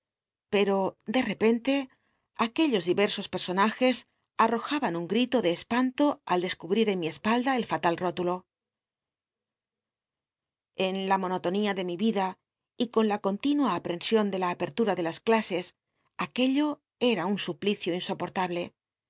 peto de repente aquellos diet'sos personajes arrojaban un gtito de espanto al descubrit en mi espalda el fatal rótulo en la monotonía de mi ri ht con la continua aprcnsion de la aperlu ta de las clases aquello era un suplicio insoportable